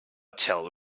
tell